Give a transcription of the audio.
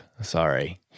Sorry